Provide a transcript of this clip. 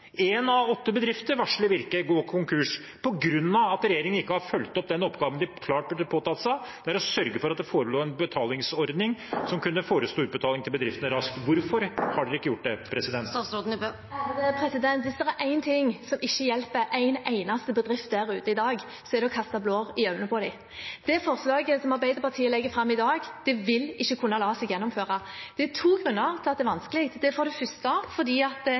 En av åtte bedrifter, varsler Virke, går konkurs på grunn av at regjeringen ikke har fulgt opp den oppgaven de klart burde ha påtatt seg: å sørge for at det forelå en betalingsordning som kunne forestå utbetaling til bedriftene raskt. Hvorfor har ikke regjeringen gjort det? Hvis det er én ting som ikke hjelper en eneste bedrift der ute i dag, så er det å kaste blår i øynene på dem. Det forslaget som Arbeiderpartiet legger fram i dag, vil ikke kunne la seg gjennomføre. Det er to grunner til at det er vanskelig, for det første fordi at